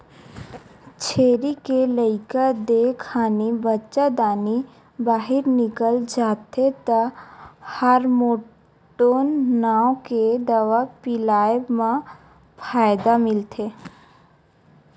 छेरी के लइका देय खानी बच्चादानी बाहिर निकल जाथे त हारमोटोन नांव के दवा पिलाए म फायदा मिलथे